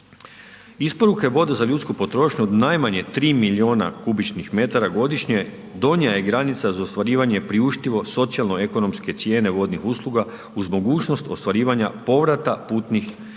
Isporuke vode za ljudsku potrošnju najmanje 3 milijuna kubičnih metara godišnje donja je granica za ostvarivanje priuštivo socijalno ekonomske cijene vodnih usluga uz mogućnost ostvarivanja povrata putnih, punih